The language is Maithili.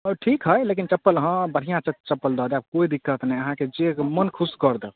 हँ ठीक हए लेकिन चप्पल हँ बढ़िआँ से चप्पल दऽ देब कोइ दिक्कत नहि अहाँके जे मन खुश करि देब